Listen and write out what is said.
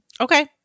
okay